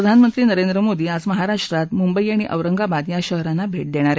प्रधानमंत्री नरेंद्र मोदी आज महाराष्ट्रात मुंबई आणि औरंगाबाद या शहरांना भे देणार आहेत